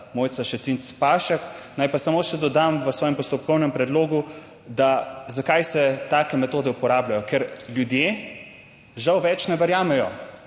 Mojca Šetinc Pašek. Naj pa samo še dodam, v svojem postopkovnem predlogu, da zakaj se take metode uporabljajo? Ker ljudje žal več ne verjamejo,